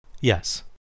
Yes